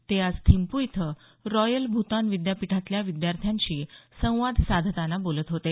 ते आज थिंपू इथं रॉयल भूतान विद्यापीठातल्या विद्यार्थ्यांशी संवाद साधताना बोलत होते